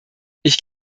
ich